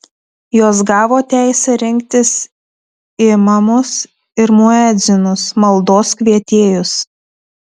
jos gavo teisę rinktis imamus ir muedzinus maldos kvietėjus